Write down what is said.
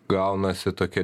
gaunasi tokia